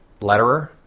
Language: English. letterer